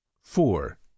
four